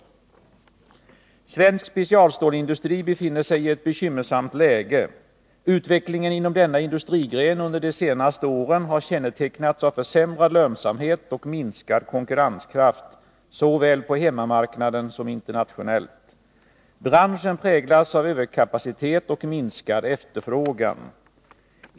Svensk specialstålsindustri befinner sig i ett bekymmersamt läge. Utvecklingen inom denna industrigren under de senaste åren har kännetecknats av försämrad lönsamhet och minskad konkurrenskraft såväl på hemmamarknaden som internationellt. Branschen präglas av överkapacitet och minskad efterfrågan.